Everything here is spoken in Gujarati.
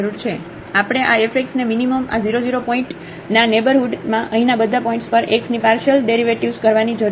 તેથી આપણે આ fx ને મીનીમમ આ 0 0 પોઇન્ટના નેઇબરહુડમાં અહીંના બધા પોઇન્ટ્સ પર x ની પાર્શિયલ ડેરિવેટિવ્ઝ કરવાની જરૂર છે